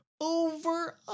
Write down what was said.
Over